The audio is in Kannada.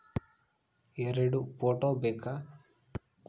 ಎರಡು ಫೋಟೋ ಬೇಕಾ?